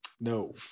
No